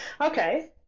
Okay